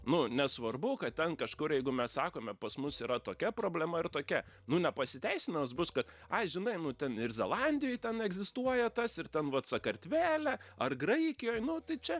nu nesvarbu kad ten kažkur jeigu mes sakome pas mus yra tokia problema ar tokia nu ne pasiteisinimas bus kad ai žinai nu ten ir zelandijoj ten egzistuoja tas ir ten vat sakartvele ar graikijoj nu tai čia